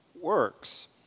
works